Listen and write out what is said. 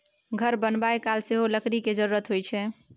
घर बनाबय काल सेहो लकड़ी केर जरुरत होइ छै